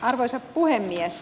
arvoisa puhemies